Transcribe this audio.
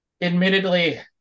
admittedly